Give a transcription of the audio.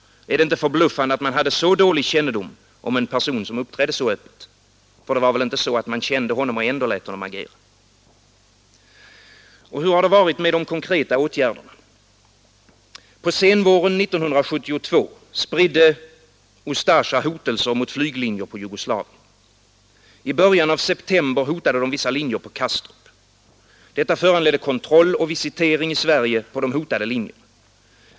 Är det inte förbluffande att man hade så dålig kännedom om en person som uppträdde så öppet? För det var väl inte så att man kände honom och ändå lät honom agera? Och hur har det varit med de konkreta åtgärderna? På senvåren 1972 spred Ustasja hotelser mot flyglinjer på Jugoslavien. I början av september hotade man vissa linjer på Kastrup. Detta föranledde kontroll och visitering i Sverige på de hotade linjerna.